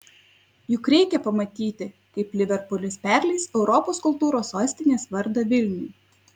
juk reikia pamatyti kaip liverpulis perleis europos kultūros sostinės vardą vilniui